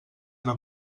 anar